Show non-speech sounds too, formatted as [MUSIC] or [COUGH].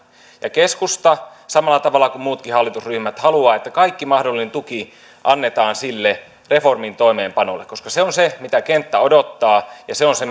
keskusta samalla tavalla kuin muutkin hallitusryhmät haluaa että kaikki mahdollinen tuki annetaan sille reformin toimeenpanolle koska se on se mitä kenttä odottaa ja se on se [UNINTELLIGIBLE]